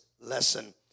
lesson